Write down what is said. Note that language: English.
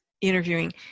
interviewing